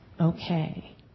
okay